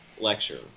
lecture